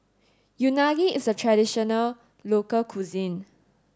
Unagi is a traditional local cuisine